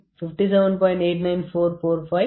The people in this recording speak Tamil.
8973 mm Minimum Dimension 57